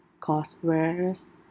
course whereas